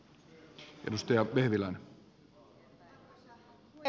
arvoisa puhemies